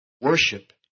worship